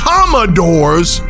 Commodores